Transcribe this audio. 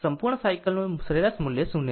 સંપૂર્ણ સાયકલ નું સરેરાશ મૂલ્ય 0 છે